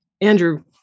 Andrew